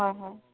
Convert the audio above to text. হয় হয়